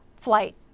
flight